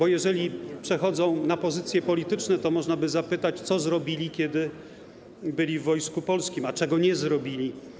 A jeżeli przechodzą na pozycje polityczne, to można by zapytać o to, co zrobili, kiedy byli w Wojsku Polskim, a czego nie zrobili.